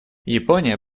япония